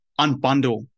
unbundle